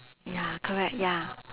ya correct ya